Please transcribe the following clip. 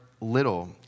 little